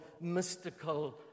mystical